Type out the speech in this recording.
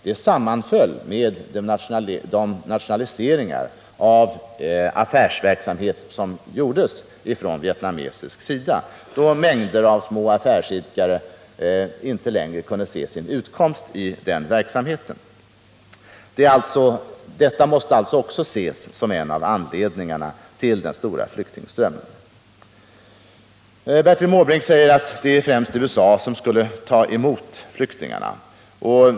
Den sammanföll med de nationaliseringar av affärsverksamhet som gjordes från vietnamesisk sida, då mängder av små affärsidkare inte längre kunde se sin utkomst i den verksamheten. Detta måste också ses som en av anledningarna till den stora flyktingströmmen. Bertil Måbrink säger att det främst är USA som borde ta emot flyktingarna.